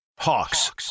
hawks